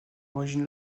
l’origine